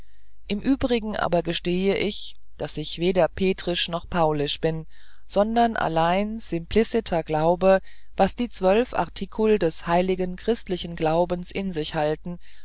im übrigen aber gestehe ich daß ich weder petrisch noch paulisch bin sondern allein simpliciter glaube was die zwölf artikul des allgemeinen hl christlichen glaubens in sich halten